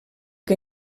que